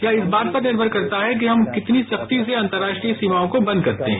यह इस बात पर निर्मर करता है कि हम कितनी सख्ती से अंतर्राष्ट्रीय सीमाओं को बंद करते हैं